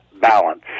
balance